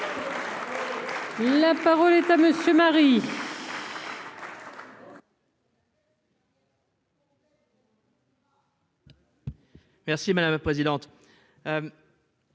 La parole est à monsieur Marie. Merci madame la présidente.